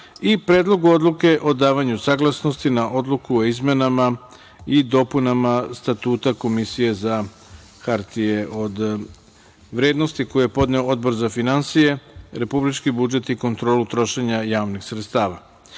i Predlogu odluke od davanju saglasnosti na Odluku o izmenama i dopunama Statuta Komisije za hartije od vrednosti, koji je podneo Odbor za finansije, republički budžet i kontrolu trošenja javnih sredstava. Da